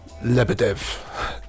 lebedev